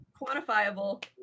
quantifiable